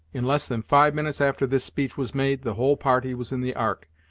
in less than five minutes after this speech was made, the whole party was in the ark,